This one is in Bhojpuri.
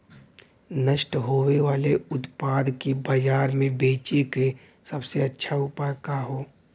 नष्ट होवे वाले उतपाद के बाजार में बेचे क सबसे अच्छा उपाय का हो?